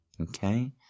Okay